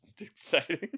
Exciting